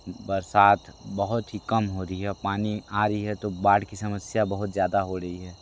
बरसात बहुत ही कम हो रही है और पानी आ रहा है तो बाढ़ की समस्या बहुत ज़्यादा हो रही है